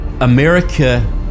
America